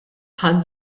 bħal